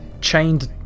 chained